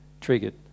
triggered